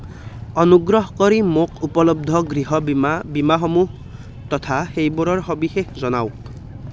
অনুগ্ৰহ কৰি মোক উপলব্ধ গৃহ বীমা বীমাসমূহ তথা সেইবোৰৰ সবিশেষ জনাওক